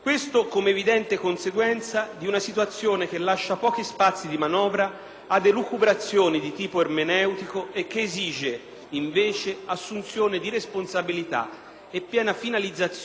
ad elucubrazioni di tipo ermeneutico e che esige invece assunzione di responsabilità e piena finalizzazione delle risorse e degli interventi nell'interesse generale del Paese.